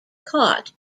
caught